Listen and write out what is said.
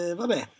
vabbè